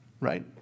right